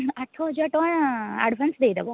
ଆଠ ହଜାର ଟଙ୍କା ଆଡ଼୍ଭାନ୍ସ୍ ଦେଇଦେବ